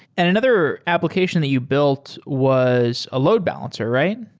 and another application that you built was a load balancer, right?